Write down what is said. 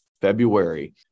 February